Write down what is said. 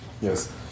Yes